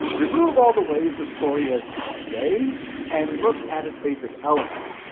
remove all the ways the story is conveyed and look at its basic elements,